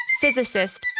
physicist